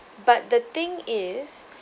but the thing is